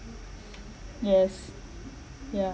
yes yeah